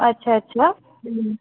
अच्छा अच्छा